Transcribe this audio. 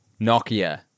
Nokia